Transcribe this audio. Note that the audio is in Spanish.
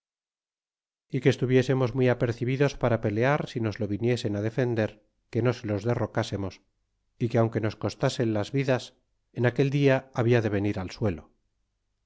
y que estuviésemos muy apercibidos para pelear si nos lo viniesen á defender que no se los derrocásemos y que aunque nos costase las vidas en aquel dia habla de venir al suelo